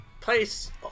place